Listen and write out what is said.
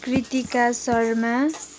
Kritika Sharma